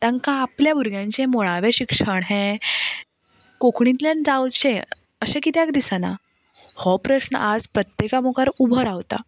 तांकां आपल्यां भुरग्यांचें मुळावें शिक्षण हें कोंकणींतल्यान जावचें अशें कित्याक दिसना हो प्रस्न आयज प्रत्येका मुखार उबो रावता